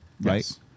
right